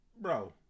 Bro